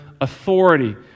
authority